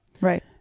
Right